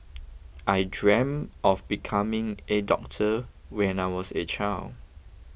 I dreamt of becoming a doctor when I was a child